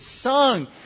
sung